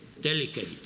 delicate